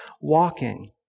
walking